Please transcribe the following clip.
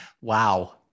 wow